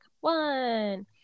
one